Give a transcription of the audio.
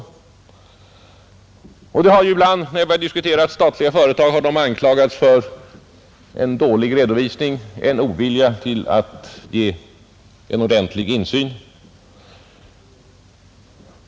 Ibland när vi diskuterat statliga företag har de anklagats för en dålig redovisning, ovilja att ge en ordentlig insyn.